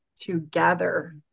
together